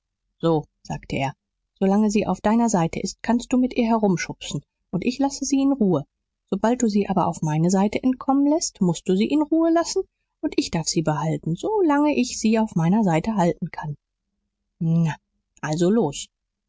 so sagte er so lange sie auf deiner seite ist kannst du mit ihr herumschubsen und ich lasse sie in ruhe sobald du sie aber auf meine seite entkommen läßt mußt du sie in ruhe lassen und ich darf sie behalten so lange ich sie auf meiner seite halten kann na also los